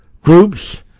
groups